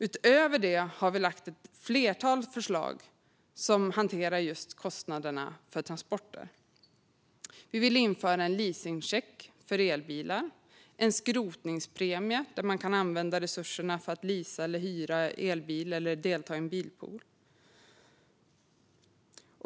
Utöver det har vi lagt fram ett flertal förslag för att hantera just kostnaderna för transporter. Vi vill införa en leasingcheck för elbilar och en skrotningspremie som man kan använda till att leasa eller hyra en elbil eller delta i en bilpool.